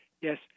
Yes